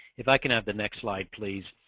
if i can have the next slide please.